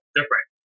different